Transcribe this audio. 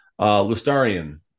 Lustarian